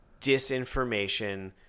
disinformation